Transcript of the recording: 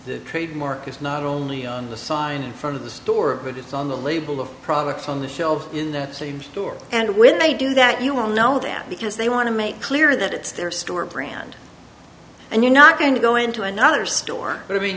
the trademark is not only on the sign in front of the store but it's on the label of products on the shelves in that same store and when they do that you will know that because they want to make clear that it's their store brand and you're not going to go into another store